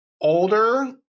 older